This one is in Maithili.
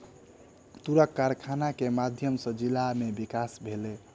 तूरक कारखाना के माध्यम सॅ जिला में विकास भेलै